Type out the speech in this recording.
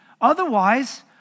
Otherwise